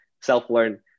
self-learn